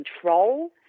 control